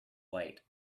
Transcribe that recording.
light